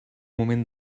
moment